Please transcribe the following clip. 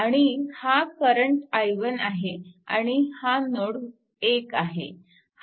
आणि हा current i1 आहे आणि हा नोड 1 आहे